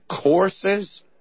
courses